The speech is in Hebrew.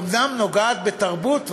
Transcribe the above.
אומנם נוגעת בתרבות,